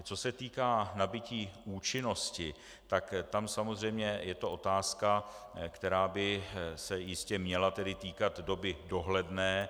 Co se týká nabytí účinnosti, tak tam samozřejmě je to otázka, která by se jistě měla týkat doby dohledné.